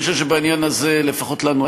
אני חושב שכדאי לעשות את זה כי אחרת יהיו